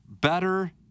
better